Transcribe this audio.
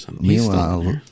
meanwhile